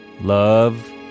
Love